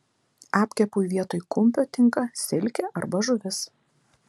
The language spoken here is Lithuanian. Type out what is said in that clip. apkepui vietoj kumpio tinka silkė arba žuvis